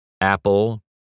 Apple